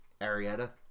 Arietta